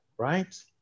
right